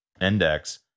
index